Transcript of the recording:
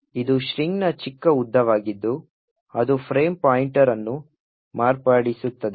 ಇದು ಸ್ಟ್ರಿಂಗ್ನ ಚಿಕ್ಕ ಉದ್ದವಾಗಿದ್ದು ಅದು ಫ್ರೇಮ್ ಪಾಯಿಂಟರ್ ಅನ್ನು ಮಾರ್ಪಡಿಸುತ್ತದೆ